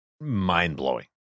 mind-blowing